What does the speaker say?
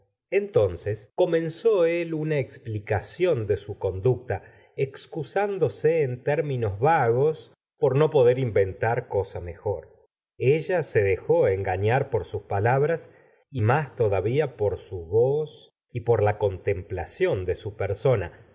entonces comenzó él una explicación de su conducta excusándose en términos vagos por no poder inventar cosa mejor ella se dejó engañar por sus palabras y más todavía por su voz y por la contemplación de su persona